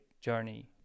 journey